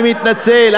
אני מתנצל,